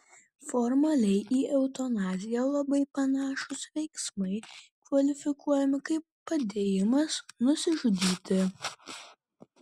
formaliai į eutanaziją labai panašūs veiksmai kvalifikuojami kaip padėjimas nusižudyti